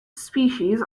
species